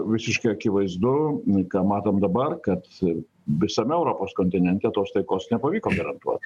visiškai akivaizdu ką matom dabar kad visame europos kontinente tos taikos nepavyko garantuot